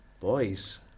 Boys